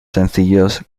sencillos